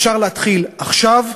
אפשר להתחיל עכשיו,